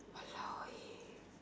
!walao! eh